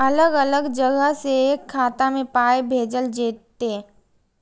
अलग अलग जगह से एक खाता मे पाय भैजल जेततै?